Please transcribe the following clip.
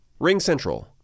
RingCentral